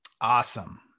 Awesome